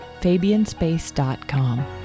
fabianspace.com